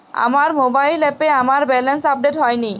আমার মোবাইল অ্যাপে আমার ব্যালেন্স আপডেট হয়নি